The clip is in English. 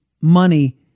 money